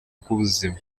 rw’ubuzima